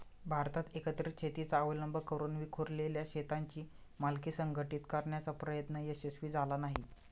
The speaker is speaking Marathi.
भारतात एकत्रित शेतीचा अवलंब करून विखुरलेल्या शेतांची मालकी संघटित करण्याचा प्रयत्न यशस्वी झाला नाही